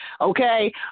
okay